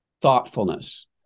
thoughtfulness